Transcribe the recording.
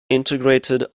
integrated